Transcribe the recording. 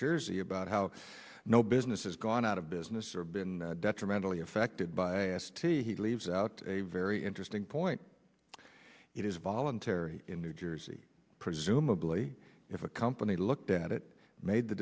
jersey about how no business has gone out of business or been detrimental effected by s t he leaves out a very interesting point it is voluntary in new jersey presumably if a company looked at it made the